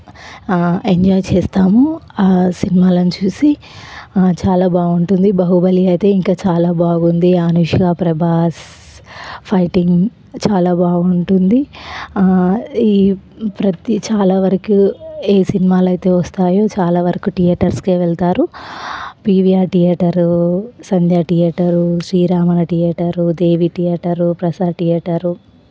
enjoy చేస్తాము ఆ సినిమాలను చూసి చాలా బాగుంటుంది బాహుబలి అయితే ఇంకా చాలా బాగుంది అనుష్క ప్రభాస్ ఫైటింగ్ చాలా బాగుంటుంది ఈ ప్రతి చాలా వరకు ఏ సినిమాలయితే వస్తాయో చాలా వరకు థియేటర్స్కే వెళతారు PVR theatre Sandhya theatre Sri Ramana theatre Devi theatre Prasad theatre